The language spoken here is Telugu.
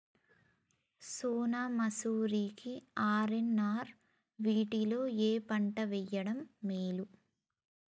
సోనా మాషురి కి ఆర్.ఎన్.ఆర్ వీటిలో ఏ పంట వెయ్యడం మేలు?